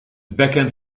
backhand